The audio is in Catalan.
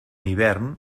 hivern